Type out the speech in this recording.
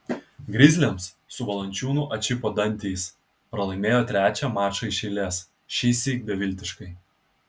grizliams su valančiūnu atšipo dantys pralaimėjo trečią mačą iš eilės šįsyk beviltiškai